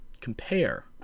compare